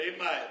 Amen